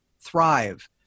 thrive